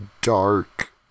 dark